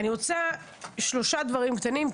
אני רוצה לומר שלושה דברים קטנים,